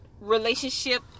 relationship